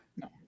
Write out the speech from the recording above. no